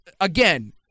Again